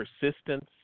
Persistence